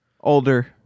older